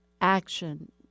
action